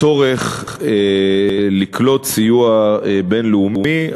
צורך לקלוט סיוע בין-לאומי.